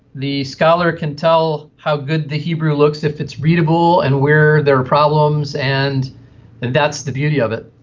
the scholar can tell how good the hebrew looks, if it's readable, and where there are problems, and that's the beauty of it.